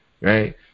right